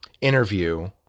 interview